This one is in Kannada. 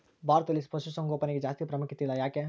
ಭಾರತದಲ್ಲಿ ಪಶುಸಾಂಗೋಪನೆಗೆ ಜಾಸ್ತಿ ಪ್ರಾಮುಖ್ಯತೆ ಇಲ್ಲ ಯಾಕೆ?